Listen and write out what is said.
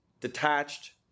detached